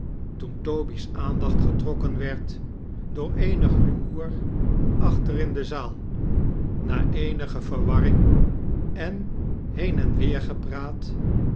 toen toby's aandacht getrokken werd door eenig rumoer achter in de zaal na eenige verwarring en heen